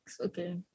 Okay